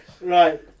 Right